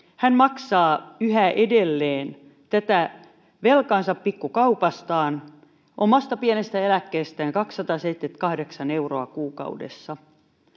maksaa yhä edelleen tätä velkaansa pikku kaupastaan omasta pienestä eläkkeestään kaksisataaseitsemänkymmentäkahdeksan euroa kuukaudessa